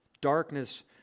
Darkness